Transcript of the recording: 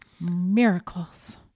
Miracles